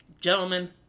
gentlemen